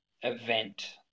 event